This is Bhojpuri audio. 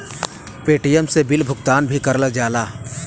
पेटीएम से बिल भुगतान भी करल जाला